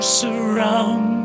surround